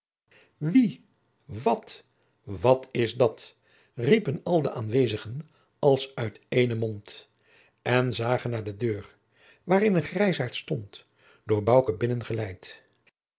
wie wat wat is dat riepen al de aanwezigen als uit éénen mond en zagen naar de deur waarin een grijzaart stond door